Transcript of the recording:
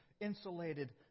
insulated